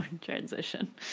transition